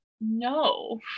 no